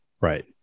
Right